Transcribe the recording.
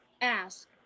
Ask